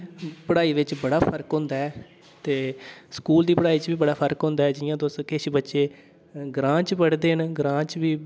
पढ़ाई बिच बड़ा फर्क होंदा ऐ ते स्कूल दी पढ़ाई च बी बड़ा फर्क होंदा ऐ जि'यां तुस किश बच्चे ग्रांऽ च पढ़दे न ग्रांऽ च बी